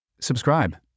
Subscribe